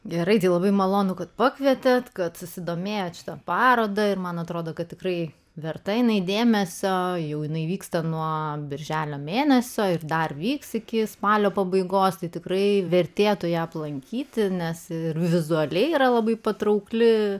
gerai tai labai malonu kad pakvietėt kad susidomėjot šita paroda ir man atrodo kad tikrai verta jinai dėmesio jinai vyksta nuo birželio mėnesio ir dar vyks iki spalio pabaigos tai tikrai vertėtų ją aplankyti nes ir vizualiai yra labai patraukli